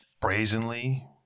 brazenly